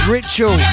Ritual